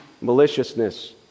maliciousness